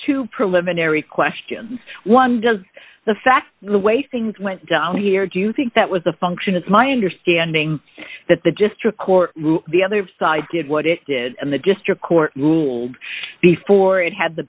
to prove live unary question one does the fact the way things went down here do you think that was a function it's my understanding that the district court the other side did what it did and the district court ruled before it had the